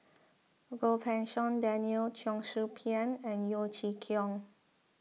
Goh Pei Siong Daniel Cheong Soo Pieng and Yeo Chee Kiong